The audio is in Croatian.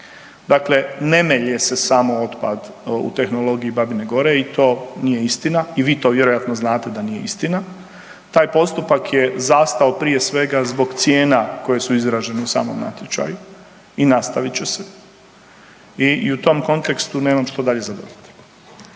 Dakle, ne melje se samo otpad u tehnologiji Babine Gore i to nije istina i vi to vjerojatno znate da nije istina. Taj postupak je zastao prije svega zbog cijena koje su izražene u samom natječaju i nastavit će se i u tom kontekstu nemam što dalje za dodati.